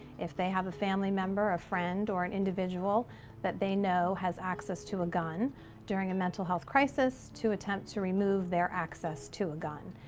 if they have a family member or a friend or an individual that they know has access to a gun during a mental health crisis, to attempt to remove their access to a gun.